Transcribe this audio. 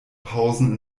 pausen